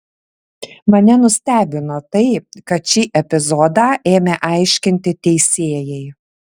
mane nustebino tai kad šį epizodą ėmė aiškinti teisėjai